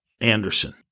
Anderson